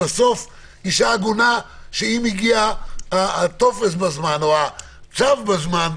בסוף מדובר באישה עגונה שאם הטופס או הצו מגיע בזמן,